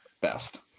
best